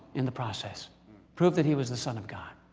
in the process proved that he was the son of god.